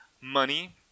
money